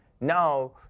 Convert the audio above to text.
now